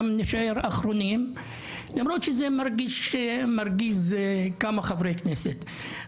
גם נשאר אחרונים למרות שזה מרגיז כמה חברי כנסת.